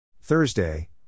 Thursday